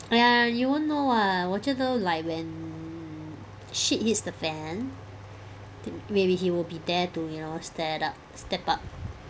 !aiya! you won't know what 我觉得 like when shit hits the fan th~ maybe he will be there to you know stare up step up